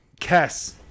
Kess